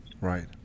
Right